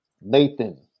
Nathan